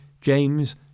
James